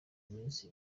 minsi